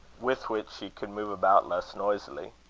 with which she could move about less noisily.